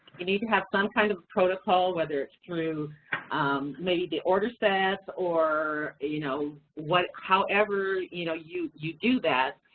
you need to have some kind of protocol whether it's through maybe the order sets, or you know, however you know you you do that,